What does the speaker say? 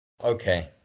Okay